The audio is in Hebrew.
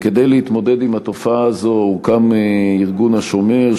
כדי להתמודד עם התופעה הזאת הוקם ארגון "השומר",